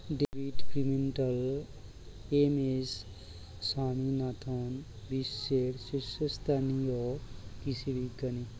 David Pimentel, M S Swaminathan বিশ্বের শীর্ষস্থানীয় কৃষি বিজ্ঞানী